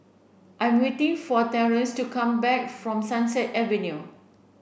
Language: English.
I am waiting for Terrance to come back from Sunset Avenue